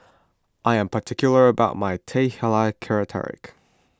I am particular about my Teh Halia Tarik